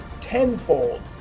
tenfold